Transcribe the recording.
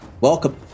welcome